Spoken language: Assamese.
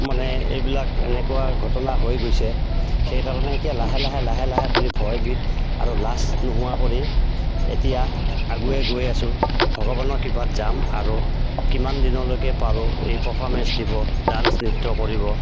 মানে এইবিলাক এনেকুৱা ঘটনা হৈ গৈছে সেইকাৰণে এতিয়া লাহে লাহে লাহে লাহে কৰি ভয়বিধ আৰু লাজ নোহোৱা কৰি এতিয়া আগুৱাই গৈ আছোঁ ভগৱানৰ কৃপাত যাম আৰু কিমান দিনলৈকে পাৰোঁ এই পাৰফৰ্মেঞ্চ দিব ডান্স নৃত্য কৰিব